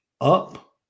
up